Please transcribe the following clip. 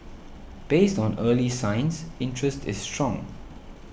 based on early signs interest is strong